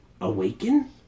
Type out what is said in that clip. Awaken